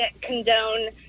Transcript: condone